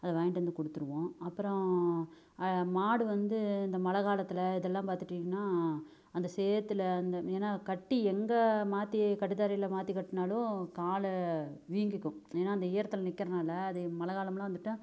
அதை வாங்கிட்டு வந்து கொடுத்துடுவோம் அப்புறோம் மாடு வந்து இந்த மழை காலத்தில் இதெல்லாம் பார்த்துட்டிங்கன்னா அந்த சேற்றுல அந்த ஏனா கட்டி எங்கே மாற்றி கட்டுத்தரையில் மாற்றி கட்டினாலும் கால் வீங்கிக்கும் ஏன்னால் அந்த ஈரத்தில் நிற்கிறதுனால அது மழை காலம்லாம் வந்துட்டால்